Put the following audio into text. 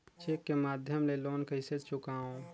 Cheque के माध्यम ले लोन कइसे चुकांव?